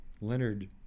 Leonard